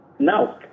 No